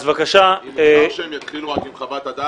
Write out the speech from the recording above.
אז בבקשה --- אם אפשר שהם יתחילו רק עם חוות הדעת.